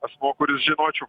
asmuo kuris žinočiau